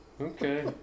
Okay